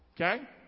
Okay